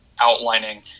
outlining